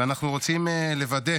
ואנחנו רוצים לוודא